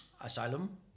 asylum